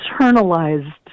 internalized